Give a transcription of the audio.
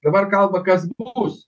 dabar kalba kas bus